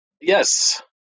Yes